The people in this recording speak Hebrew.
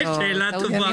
שאלה טובה.